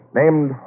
named